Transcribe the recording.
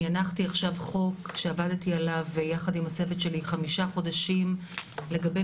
אני הנחתי עכשיו חוק שעבדתי עליו יחד עם הצוות שלי חמישה חודשים לגבי